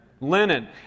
Linen